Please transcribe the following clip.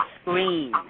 screen